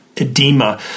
edema